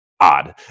odd